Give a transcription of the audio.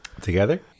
Together